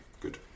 good